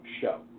show